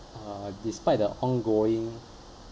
uh despite the ongoing